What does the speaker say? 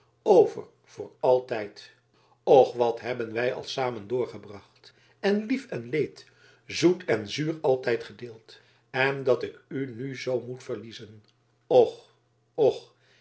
over voor altijd och wat hebben wij al samen doorgebracht en lief en leed zoet en zuur altijd gedeeld en dat ik u nu zoo moet verliezen och och